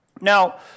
Now